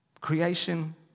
Creation